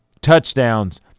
touchdowns